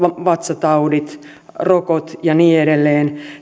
vatsataudit rokot ja niin edelleen